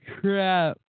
crap